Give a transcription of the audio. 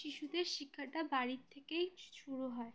শিশুদের শিক্ষাটা বাড়ির থেকেই শুরু হয়